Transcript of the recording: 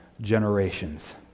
generations